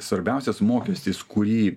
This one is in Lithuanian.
svarbiausias mokestis kurį